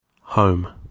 Home